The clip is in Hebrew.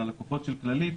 והלקוחות של כללית